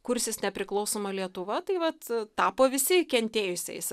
kursis nepriklausoma lietuva tai vat tapo visi kentėjusiais